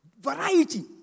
variety